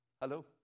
Hello